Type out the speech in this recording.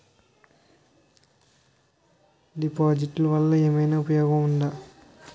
డిపాజిట్లు వల్ల ఏమైనా ఉపయోగం ఉందా?